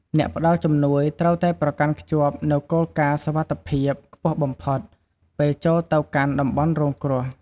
អ្នកផ្តល់ជំនួយត្រូវតែប្រកាន់ខ្ជាប់នូវគោលការណ៍សុវត្ថិភាពខ្ពស់បំផុត ពេលចូលទៅកាន់តំបន់រងគ្រោះ។